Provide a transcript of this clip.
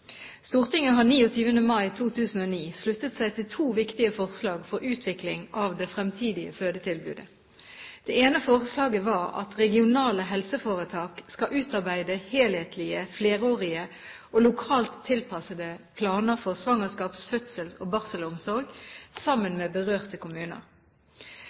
Stortinget har 28. mai 2009 sluttet seg til to viktige forslag for utvikling av det fremtidige fødetilbudet. Det ene forslaget var at regionale helseforetak skal utarbeide helhetlige, flerårige og lokalt tilpassede planer for svangerskaps-, fødsels- og barselomsorg – sammen med berørte kommuner.